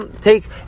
take